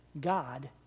God